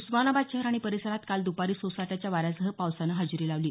उस्मानाबाद शहर आणि परिसरात काल दुपारी सोसाट्याच्या वाऱ्यासह पावसानं हजेरी लावली